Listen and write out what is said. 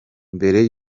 mbere